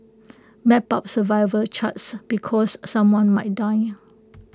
map out survival charts because someone might die